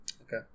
Okay